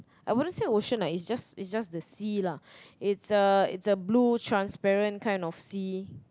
I wouldn't say ocean lah it's just it's just the sea lah it's a it's a blue transparent kind of sea